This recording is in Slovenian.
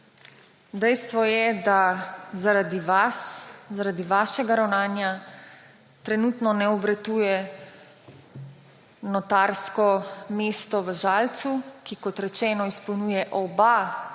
dejstvo je, da zaradi vas, zaradi vašega ravnanja trenutno ne obratuje notarsko mesto v Žalcu, ki, kot rečeno, izpolnjuje oba